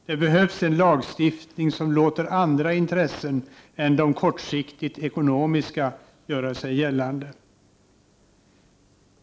Det behövs en lagstiftning som låter andra intressen än de kortsiktigt ekonomiska göra sig gällande.